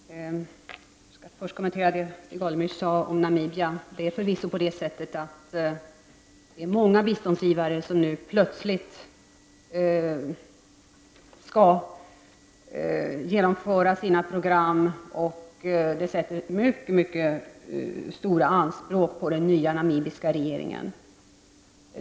Fru talman! Jag skall först kommentera det Stig Alemyr sade om Namibia. Det är förvisso på det sättet att det nu plötsligt är många biståndsgivare som skall genomföra sina program och att det ställer mycket stora krav på den nya namibiska regeringen.